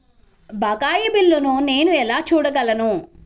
బకాయి బిల్లును నేను ఎలా చూడగలను?